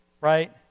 right